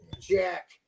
Jack